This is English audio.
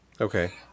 Okay